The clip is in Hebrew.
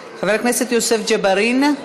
חבר הכנסת יוסף ג'בארין,